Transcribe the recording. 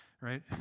right